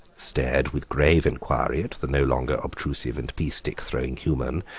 stared with grave inquiry at the no longer obtrusive and pea-stick-throwing human,